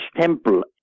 temple